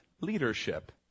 leadership